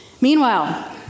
Meanwhile